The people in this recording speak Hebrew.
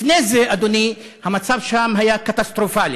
לפני זה, אדוני, המצב שלהם היה קטסטרופלי.